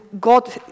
God